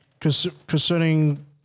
concerning